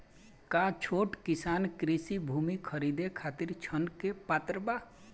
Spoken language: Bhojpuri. का छोट किसान कृषि भूमि खरीदे के खातिर ऋण के पात्र बा?